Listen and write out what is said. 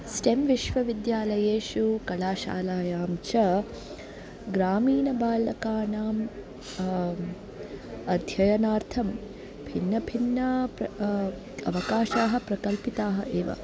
stem विश्वविद्यालयेषु कलाशालायां च ग्रामीणबालकानां अध्ययनार्थं भिन्नभिन्नाः प्र अवकाशाः प्रकल्पिताः एव